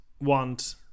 want